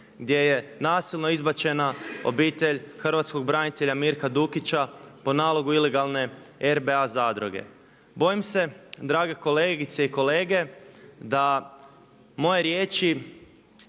gdje je nasilno izbačena obitelj hrvatskog branitelja Mirka Dukića po nalogu ilegalne RBA zadruge. Bojim se drage kolegice i kolege da moje riječi